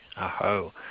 Aho